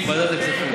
ועדת הכספים.